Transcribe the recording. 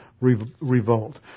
revolt